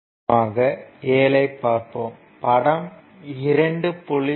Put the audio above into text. உதாரணமாக 7 ஐ பார்ப்போம் படம் 2